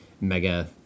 mega